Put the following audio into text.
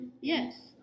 Yes